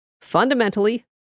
fundamentally